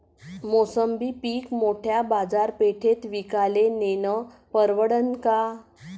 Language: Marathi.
मोसंबी पीक मोठ्या बाजारपेठेत विकाले नेनं परवडन का?